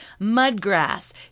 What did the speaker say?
Mudgrass